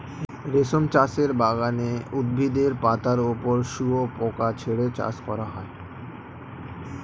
রেশম চাষের বাগানে উদ্ভিদের পাতার ওপর শুয়োপোকা ছেড়ে চাষ করা হয়